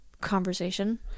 conversation